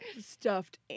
stuffed